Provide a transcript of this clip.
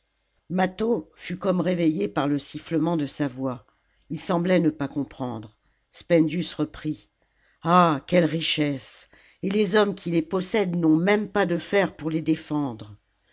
mâtho fut comme réveillé par le sifflement de sa voix il semblait ne pas comprendre spendius reprit ah quelles richesses et les hommes qui les possèdent n'ont pas même de fer pour les défendre